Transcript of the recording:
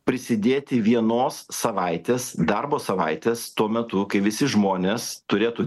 prisidėti vienos savaitės darbo savaitės tuo metu kai visi žmonės turėtų